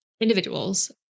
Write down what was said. individuals